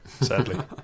sadly